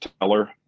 teller